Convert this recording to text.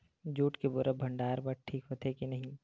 Jute के बोरा भंडारण बर ठीक होथे के नहीं?